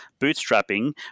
bootstrapping